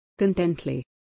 Contently